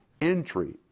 entry